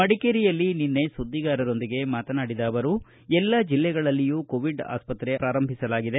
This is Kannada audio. ಮಡಿಕೇರಿಯಲ್ಲಿ ನಿನ್ನೆ ಸುದ್ದಿಗಾರರೊಂದಿಗ ಮಾತನಾಡಿದ ಅವರು ಎಲ್ಲಾ ಜಿಲ್ಲೆಗಳಲ್ಲಿಯೂ ಕೊವೀಡ್ ಆಸ್ಪಕ್ರೆ ಪ್ರಾರಂಭಿಸಲಾಗಿದೆ